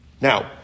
Now